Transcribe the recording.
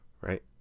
Right